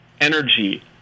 energy